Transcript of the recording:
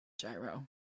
gyro